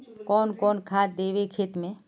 कौन कौन खाद देवे खेत में?